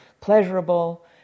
pleasurable